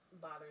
bother